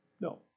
No